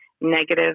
negative